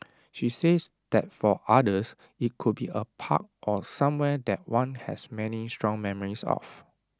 she says that for others IT could be A park or somewhere that one has many strong memories of